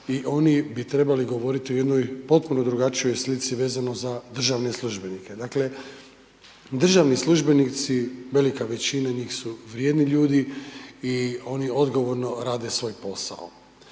i oni bi trebali govorit o jednoj potpuno drugačijoj slici vezano za državne službenike. Dakle, državni službenici, velika većina njih su vrijedni ljudi i oni odgovorno rade svoj posao,